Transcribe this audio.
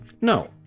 No